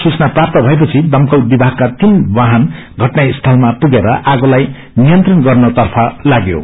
सूचना भएपछि दमकल विभागका तीन वाहन घटनास्थलमा पुगेर आगोलाई नियन्त्रण गर्नुतर्फ लाग्यो